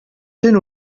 төн